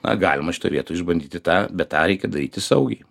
na galima šitoj vietoj išbandyti tą bet tą reikia daryti saugiai